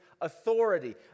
Authority